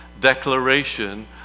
declaration